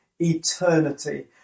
eternity